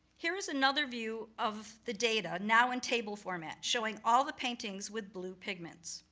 here is another view of the data, now in table format, showing all the paintings with blue pigments.